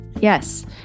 Yes